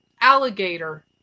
alligator